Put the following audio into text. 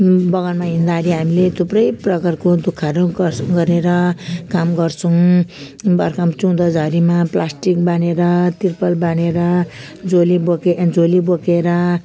बगानमा हिँड्दाखेरि हामीले थुप्रै प्रकारको दुःखहरू गर्छु गरेर काम गर्छौँ बर्खामा चुहुँदो झरीमा प्लास्टिक बाँधेर तिरपल बाँधेर झोली बोके झोली बोकेर